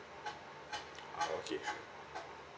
okay